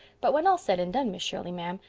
but, when all's said and done, miss shirley, ma'am,